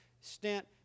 stint